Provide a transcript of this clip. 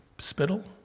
spittle